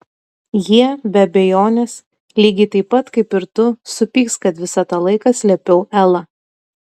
jie be abejonės lygiai taip pat kaip ir tu supyks kad visą tą laiką slėpiau elą